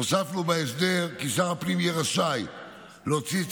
הוספנו בהסדר כי שר הפנים יהיה רשאי להוציא את